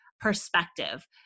perspective